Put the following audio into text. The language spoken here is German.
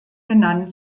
genannt